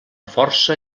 força